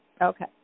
Okay